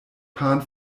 pan